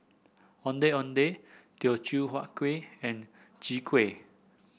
Ondeh Ondeh Teochew Huat Kuih and Chwee Kueh